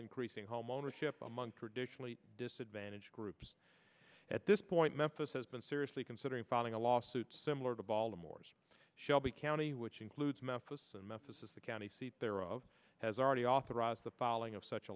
increasing homeownership among traditionally disadvantaged groups at this point memphis has been seriously considering filing a lawsuit similar to baltimore's shelby county which includes memphis and memphis is the county seat there of has already authorized the filing of such a